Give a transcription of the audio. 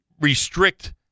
restrict